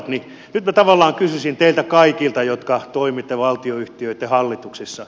nyt minä tavallaan kysyisin teiltä kaikilta jotka toimitte valtionyhtiöitten hallituksissa